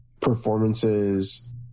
performances